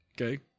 Okay